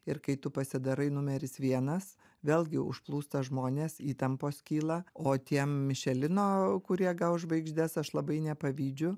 ir kai tu pasidarai numeris vienas vėlgi užplūsta žmonės įtampos kyla o tiem mišelino kurie gaus žvaigždes aš labai nepavydžiu